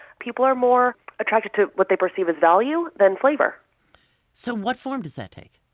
people are more attracted to what they perceive as value than flavor so what form does that take?